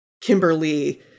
kimberly